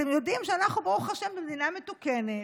אתם יודעים שאנחנו ברוך השם במדינה מתוקנת,